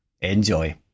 enjoy